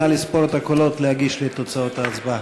נא לספור את הקולות ולהגיש לי את תוצאות ההצבעה.